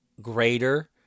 greater